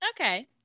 Okay